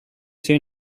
say